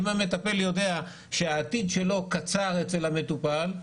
אם המטפל יודע שהעתיד שלו קצר אצל המטופל,